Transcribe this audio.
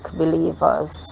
believers